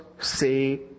say